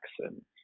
Jackson